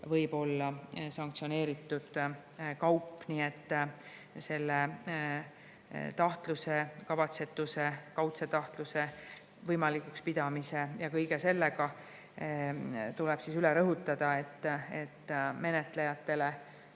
võib olla sanktsioneeritud kaup. Nii et selle tahtluse, kavatsetuse, kaudse tahtluse võimalikuks pidamise ja kõige sellega tuleb üle rõhutada, et menetlejad